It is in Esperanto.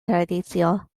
tradicio